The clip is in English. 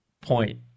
point